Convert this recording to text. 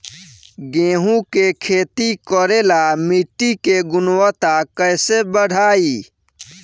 गेहूं के खेती करेला मिट्टी के गुणवत्ता कैसे बढ़ाई?